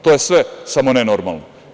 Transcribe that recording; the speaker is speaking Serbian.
To je sve, samo ne normalno.